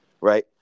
right